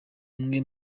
umwe